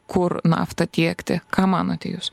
kur naftą tiekti ką manote jūs